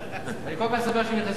אני כל כך שמח שהם נכנסו לקואליציה,